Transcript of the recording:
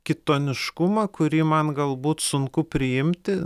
kitoniškumą kurį man galbūt sunku priimti